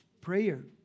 prayer